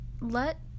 let